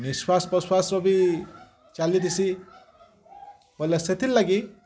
ନିଶ୍ଵାସ ପ୍ରଶ୍ଵାସ ର ବି ଚାଲିଦିସି ବୋଇଲେ ସେଥିର୍ ଲାଗି